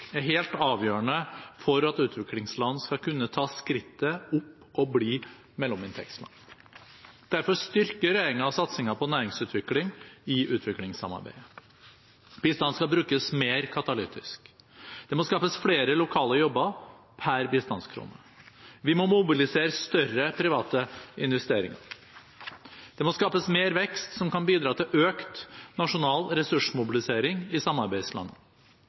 er helt avgjørende for at utviklingsland skal kunne ta skrittet opp og bli mellominntektsland. Derfor styrker regjeringen satsingen på næringsutvikling i utviklingssamarbeidet. Bistanden skal brukes mer katalytisk. Det må skapes flere lokale jobber per bistandskrone. Vi må mobilisere større private investeringer. Det må skapes mer vekst som kan bidra til økt nasjonal ressursmobilisering i